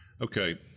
Okay